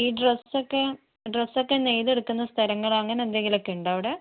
ഈ ഡ്രസ്സൊക്കെ ഡ്രസ്സൊക്കെ നെയ്തെടുക്കുന്ന സ്ഥലങ്ങളോ അങ്ങനെ എന്തെങ്കിലുമൊക്കെ ഉണ്ടോ അവിടെ